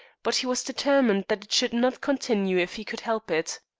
but he was determined that it should not continue if he could help it.